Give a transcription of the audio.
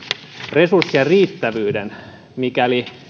resurssien riittävyyden mikäli